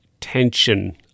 tension